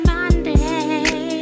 Monday